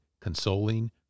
consoling